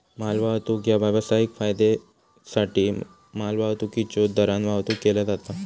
मालवाहतूक ह्या व्यावसायिक फायद्योसाठी मालवाहतुकीच्यो दरान वाहतुक केला जाता